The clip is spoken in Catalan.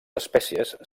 espècies